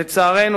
לצערנו,